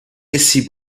essi